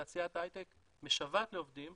תעשיית ההייטק משוועת לעובדים.